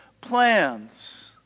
plans